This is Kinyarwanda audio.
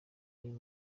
uyu